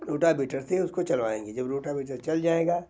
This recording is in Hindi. रोटाबीटर से उसको चलवाएंगे जब रोटाबीटर चल जाएगा